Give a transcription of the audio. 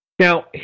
Now